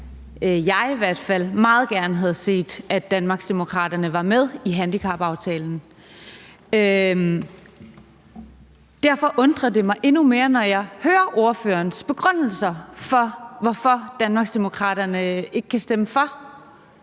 jeg i hvert fald meget gerne havde set, at Danmarksdemokraterne var med i handicapaftalen. Derfor undrer det mig endnu mere, når jeg hører ordførerens begrundelser for, hvorfor Danmarksdemokraterne ikke kan stemme for